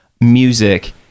music